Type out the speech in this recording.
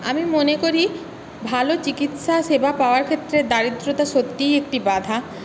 আমি মনে করি ভালো চিকিৎসা সেবা পাওয়ার ক্ষেত্রে দারিদ্র্য সত্যিই একটি বাঁধা